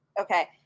Okay